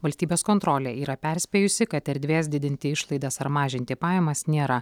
valstybės kontrolė yra perspėjusi kad erdvės didinti išlaidas ar mažinti pajamas nėra